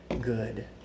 good